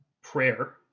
prayer